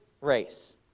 race